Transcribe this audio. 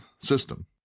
system